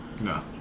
No